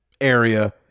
area